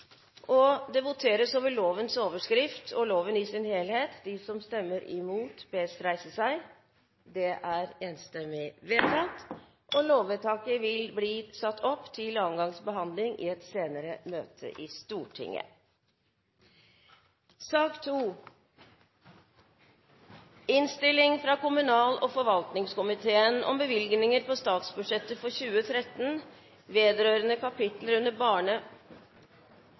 vedtatt. Det voteres over lovens overskrift og loven i sin helhet. Lovvedtaket vil bli satt opp til annen gangs behandling i et senere møte i Stortinget. Etter ønske fra kommunal- og forvaltningskomiteen vil debatten deles i to, slik at man først behandler budsjettkapitlene under